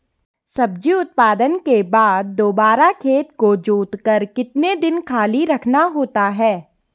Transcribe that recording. सब्जी उत्पादन के बाद दोबारा खेत को जोतकर कितने दिन खाली रखना होता है?